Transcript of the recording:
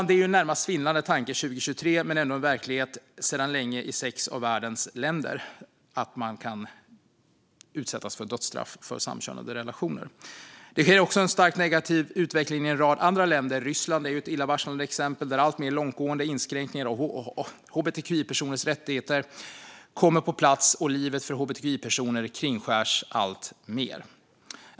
Det är en närmast svindlande tanke 2023 men ändå verklighet sedan länge i sex av världens länder att man kan utsättas för dödsstraff för samkönade relationer. Det sker också en starkt negativ utveckling i en rad andra länder. Ryssland är ett illavarslande exempel där alltmer långtgående inskränkningar av hbtqi-personers rättigheter kommer på plats och livet för hbtqi-personer kringskärs alltmer.